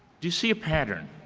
do you see a pattern?